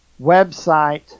website